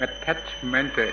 Attachment